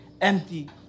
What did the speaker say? empty